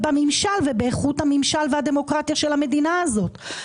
באיכות הממשל והדמוקרטיה של המדינה הזאת.